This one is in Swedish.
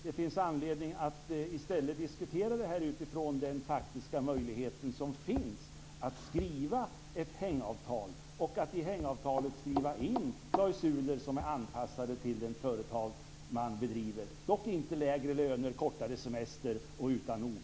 Det finns anledning att diskutera detta från den faktiska möjlighet som finns att skriva ett hängavtal och att i hängavtalet skriva in klausuler som är anpassade till det företag man bedriver - dock inte med lägre löner, kortare semester och utan OB.